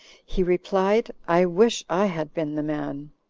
he replied, i wish i had been the man.